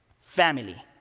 family